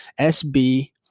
SB